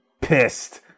Pissed